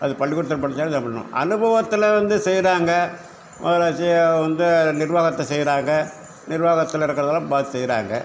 அது பள்ளிக்கூடத்தில் படிச்சாலும் இதான் அனுபவத்தில் வந்து செய்கிறாங்க ஆச்சும் வந்து நிர்வாகத்தை செய்கிறாங்க நிர்வாகத்தில் இருக்குறதெல்லாம் பார்த்து செய்கிறாங்க